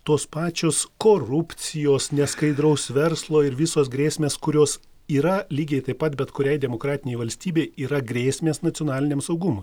tos pačios korupcijos neskaidraus verslo ir visos grėsmės kurios yra lygiai taip pat bet kuriai demokratinei valstybei yra grėsmės nacionaliniam saugumui